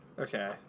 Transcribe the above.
okay